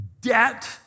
debt